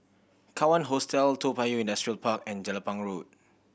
Kawan Hostel Toa Payoh Industrial Park and Jelapang Road